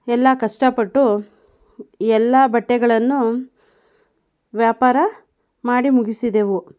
ಎಲ್ಲ ಕಷ್ಟಪಟ್ಟು ಎಲ್ಲ ಬಟ್ಟೆಗಳನ್ನು ವ್ಯಾಪಾರ ಮಾಡಿ ಮುಗಿಸಿದೆವು